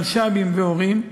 מלש"בים והורים,